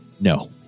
No